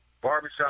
barbershop